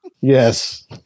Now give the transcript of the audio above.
Yes